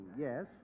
yes